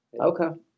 Okay